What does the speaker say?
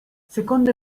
secondo